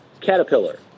Caterpillar